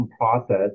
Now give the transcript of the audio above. process